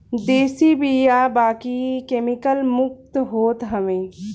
देशी बिया बाकी केमिकल मुक्त होत हवे